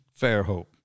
Fairhope